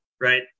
right